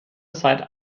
seit